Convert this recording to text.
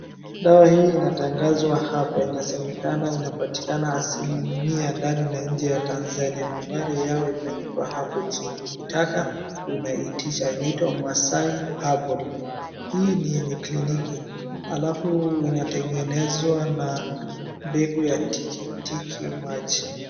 Dawa hii inatangazwa hapa inasemekana inapatikana asilimia ndani na nche ya Tanzania nambari yao imeandikwa hapo chini ukitaka unaitisha inaitwa masaai herbal hii ni yenye kliniki halafu inatengenezwa na mbegu ya tikitiki maji.